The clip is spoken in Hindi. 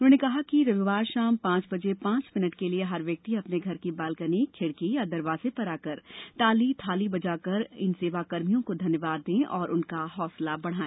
उन्होंने कहा कि रविवार शाम पांच बजे पांच मिनट के लिए हर व्यक्ति अपने घर की बालकनी खिड़की या दरवाजे पर आकर ताली थाली बजाकर इन सेवा कर्मियों को धन्यवाद दे और उनका हौसला बढ़ाए